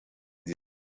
sie